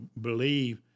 believe